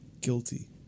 guilty